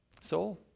soul